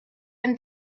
and